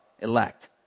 elect